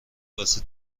واسه